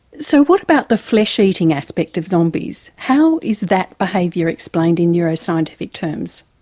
so what about the flesh eating aspect of zombies? how is that behaviour explained in neuroscientific terms?